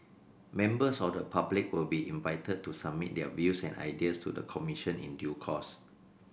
members of the public will be invited to submit their views and ideas to the commission in due course